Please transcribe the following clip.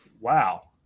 Wow